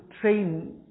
train